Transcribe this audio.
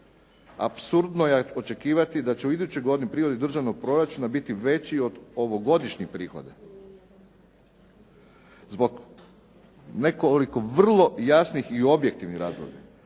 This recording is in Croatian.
Apsurdno je očekivati da će u idućoj godini prihod državnog proračuna biti veći od ovogodišnjih prihoda. Zbog nekoliko vrlo jasnih i objektivnih razloga,